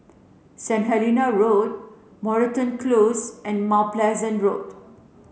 St Helena Road Moreton Close and Mount Pleasant Road